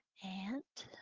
and